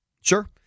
sure